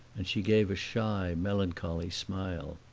and she gave a shy, melancholy smile.